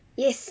yes